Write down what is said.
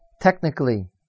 technically